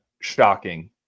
shocking